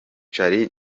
charly